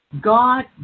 God